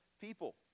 people